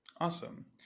Awesome